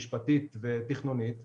משפטית ותכנונית,